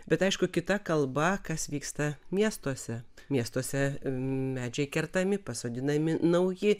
bet aišku kita kalba kas vyksta miestuose miestuose medžiai kertami pasodinami nauji